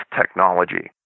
technology